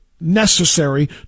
necessary